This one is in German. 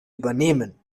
übernehmen